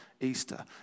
Easter